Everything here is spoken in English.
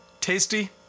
Tasty